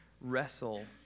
wrestle